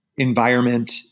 environment